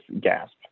gasp